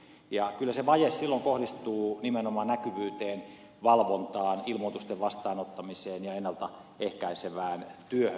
kyllä se vaje silloin kohdistuu nimenomaan näkyvyyteen valvontaan ilmoitusten vastaanottamiseen ja ennalta ehkäisevään työhön